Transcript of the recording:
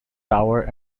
tower